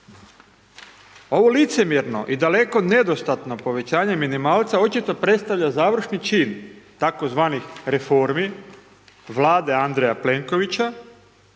Ovo licemjerno i daleko nedostatno povećanje minimalca očito predstavlja završni čin tzv. reformi Vlade Andreja Plenkovića